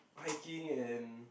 hiking and